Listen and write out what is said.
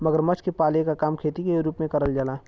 मगरमच्छ के पाले क काम खेती के रूप में करल जाला